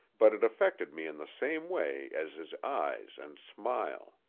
but it affected me in the same way as his eyes and smile.